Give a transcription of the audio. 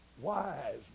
wise